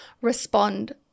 respond